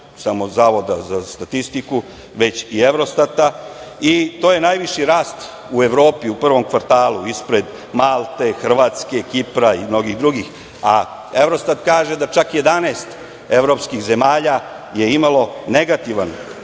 našeg Zavoda za statistiku već i Evrostata. To je najviši rast u Evropi u prvom kvartalu ispred Malte, Hrvatske, Kipra i mnogih drugih. Evrostat kaže da čak 11 evropskih zemalja je imalo negativan